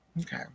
okay